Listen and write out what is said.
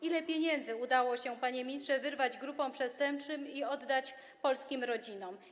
Ile pieniędzy udało się, panie ministrze, wyrwać grupom przestępczym i oddać polskim rodzinom?